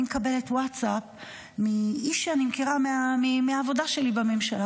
אני מקבלת ווטסאפ מאיש שאני מכירה מהעבודה שלי בממשלה,